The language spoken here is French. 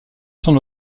son